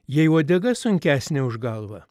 jei uodega sunkesnė už galvą